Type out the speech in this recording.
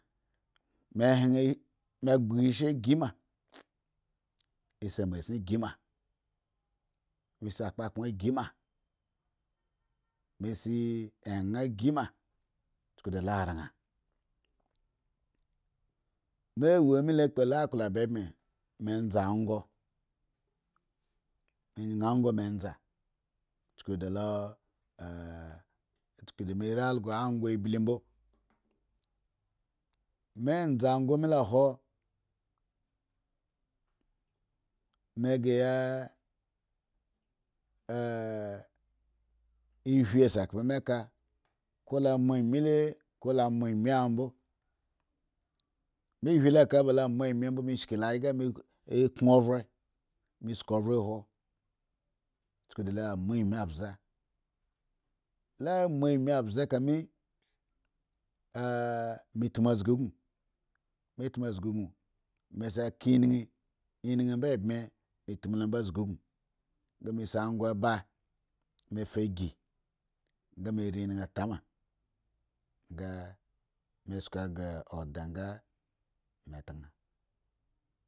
me gbga eshri gima, se masin gi ma me se kpakpan gi ma me si engan gi ms, chku da ran me wo me kpolo wop bibmo me za angho ma yan angho me za chukyda a chuku da me ri algo angho abli mbo me za omghome lo akhwo meghre ya hwi sekpa ka ko la mou mii le ko lo mou mii mbo mesk ovro hwoo chuku da lo mou ami bla lo moa ami bza ka me metmu cozga gun me tmu zga gun ming ming mbo lo mbe me tmu lo zga gun mea fagi sku ghre eda nga.